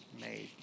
made